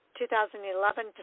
2011